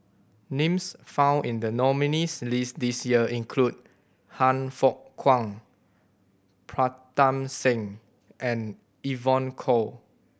names found in the nominees' list this year include Han Fook Kwang Pritam Singh and Evon Kow